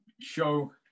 show